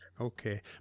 Okay